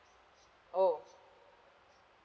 oh